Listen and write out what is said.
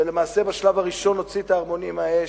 ולמעשה בשלב הראשון הוציא את הערמונים מהאש,